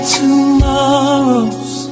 tomorrows